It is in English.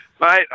Mate